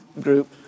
group